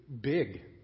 big